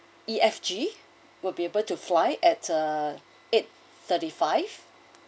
EF G will be able to fly at uh eight thirty five